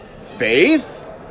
faith